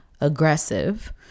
aggressive